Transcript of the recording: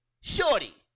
Shorty